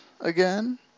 again